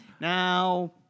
Now